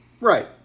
Right